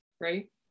right